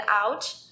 out